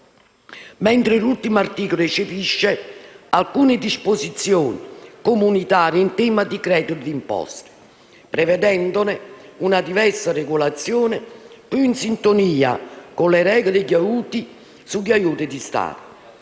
bancario. L'ultimo articolo recepisce alcune disposizioni comunitarie in tema di credito di imposta, prevedendone una diversa regolazione più in sintonia con le regole sugli aiuti di Stato.